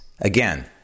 again